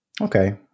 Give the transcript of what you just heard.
okay